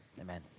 amen